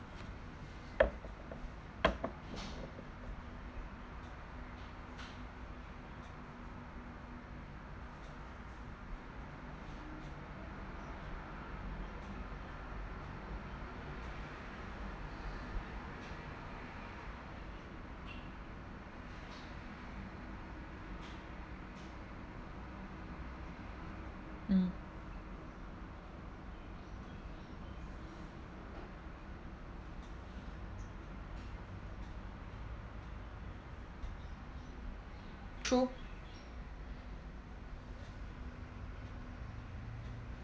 mm true